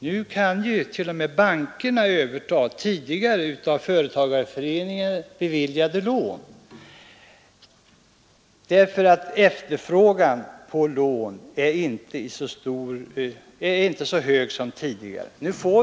Nu kan t.o.m. bankerna överta av företagarföreningarna tidigare beviljade lån, eftersom efterfrågan på lån inte är så stor som tidigare.